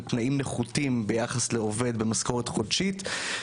תנאים נחותים ביחס לעובד במשכורת חודשית.